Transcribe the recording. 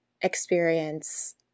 experience